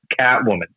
Catwoman